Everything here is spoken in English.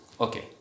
Okay